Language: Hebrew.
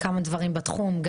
בכמה דברים בתחום,